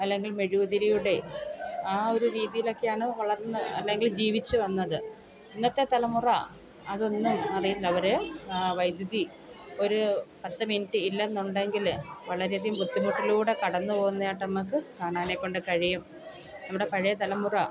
അല്ലെങ്കിൽ മെഴ്കുതിരിയുടെ ആയൊരു രീതീലൊക്കെയാണ് വളർന്ന് അല്ലെങ്കിൽ ജീവിച്ച് വന്നത് ഇന്നത്തെ തലമുറ അതൊന്നും അറിയില്ലവർ വൈദ്യുതി ഒരു പത്ത് മിനിറ്റ് ഇല്ലെന്നുണ്ടെങ്കിൽ വളരെ അധികം ബുദ്ധിമുട്ടിലൂടെ കടന്ന് പോകുന്നതായിട്ട് നമുക്ക് കാണാനേക്കൊണ്ട് കഴിയും നമ്മുടെ പഴയ തലമുറ